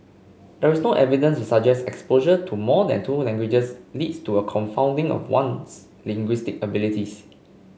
there is no evidence to suggest exposure to more than two languages leads to a confounding of one's linguistic abilities